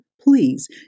please